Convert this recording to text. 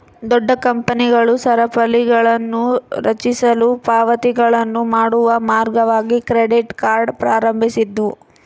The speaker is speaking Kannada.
ದೊಡ್ಡ ಕಂಪನಿಗಳು ಸರಪಳಿಗಳನ್ನುರಚಿಸಲು ಪಾವತಿಗಳನ್ನು ಮಾಡುವ ಮಾರ್ಗವಾಗಿ ಕ್ರೆಡಿಟ್ ಕಾರ್ಡ್ ಪ್ರಾರಂಭಿಸಿದ್ವು